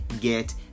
get